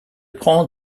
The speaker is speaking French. prend